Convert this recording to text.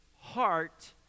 heart